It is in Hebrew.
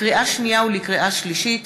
לקריאה שנייה ולקריאה שלישית: